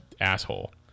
asshole